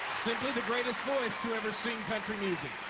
the greatest voice to ever sing country music